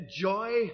joy